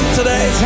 today